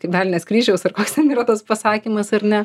kaip velnias kryžiaus ar koks ten yra tas pasakymas ar ne